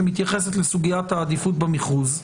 שמתייחסת לסוגיית העדיפות במכרוז,